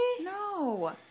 no